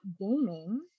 gaming